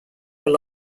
were